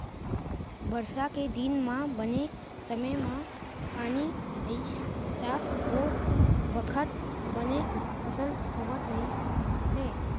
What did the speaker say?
बरसा के दिन म बने समे म पानी आइस त ओ बखत बने फसल होवत रहिस हे